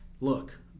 look